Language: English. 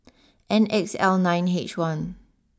N X L nine H one